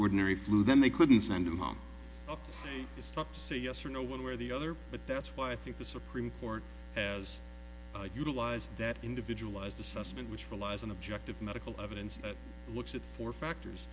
a flu then they couldn't send a mom it's tough to say yes or no one way or the other but that's why i think the supreme court has utilized that individualized assessment which belies an objective medical evidence that looks at four factors